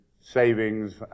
savings